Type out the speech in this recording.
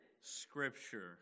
Scripture